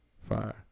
Fire